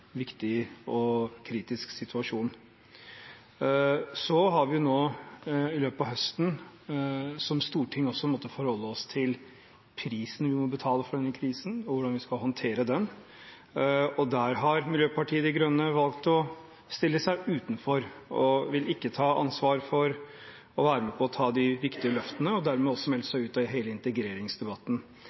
viktig og kritisk situasjon. Så har vi, som storting, i løpet av høsten også måttet forholde oss til prisen vi må betale for denne krisen, og hvordan vi skal håndtere den. Der har Miljøpartiet De Grønne valgt å stille seg utenfor og vil ikke ta ansvar for å være med på å ta de viktige løftene og har dermed også meldt seg ut av hele integreringsdebatten.